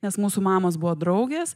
nes mūsų mamos buvo draugės